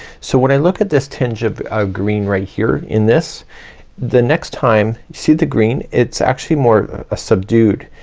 so when i look at this tinge of ah green right here in this the next time, you see the green, it's actually more subdued.